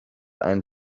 einen